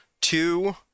two